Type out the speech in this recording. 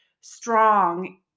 strong